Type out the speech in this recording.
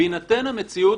בהינתן המציאות,